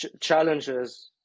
challenges